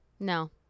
No